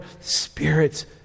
Spirit's